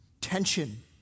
tension